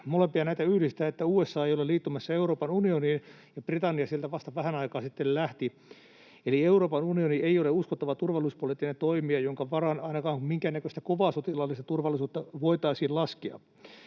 Näitä yhdistää se, että USA ei ole liittymässä Euroopan unioniin ja Britannia sieltä vasta vähän aikaa sitten lähti. Eli Euroopan unioni ei ole uskottava turvallisuuspoliittinen toimija, jonka varaan ainakaan minkäännäköistä kovaa sotilaallista turvallisuutta voitaisiin laskea.